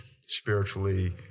spiritually